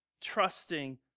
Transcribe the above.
trusting